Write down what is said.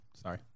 sorry